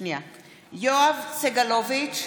יואב סגלוביץ'